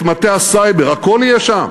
את מטה הסייבר, הכול יהיה שם.